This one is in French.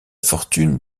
fortune